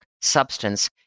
substance